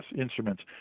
instruments